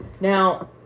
now